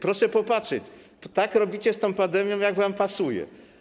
Proszę popatrzeć, tak robicie z tą pandemią, jak wam pasuje.